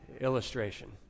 illustration